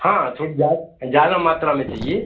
हाँ थोड़ी जा ज़्यादा मात्रा में चाहिए